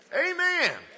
Amen